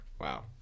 Wow